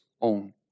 own